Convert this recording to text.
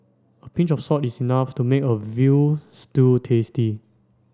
a pinch of salt is enough to make a veal stew tasty